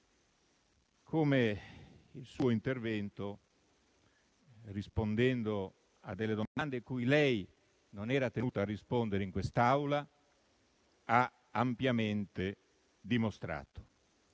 come il suo intervento, rispondendo a domande cui lei non era tenuta a rispondere in quest'Aula, ha ampiamente dimostrato.